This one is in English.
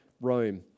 Rome